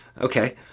Okay